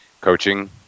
coaching